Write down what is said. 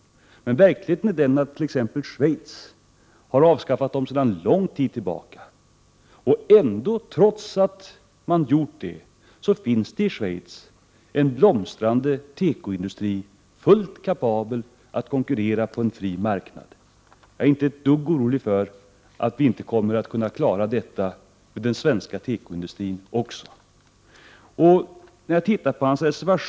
Verkligheten är den att t.ex. Schweiz har avskaffat dem sedan lång tid, och trots att man gjort det finns det i Schweiz en blomstrande tekoindustri, fullt kapabel att konkurrera på en fri marknad. Jag är inte ett dugg orolig för att inte också den svenska tekoindustrin kommer att klara det.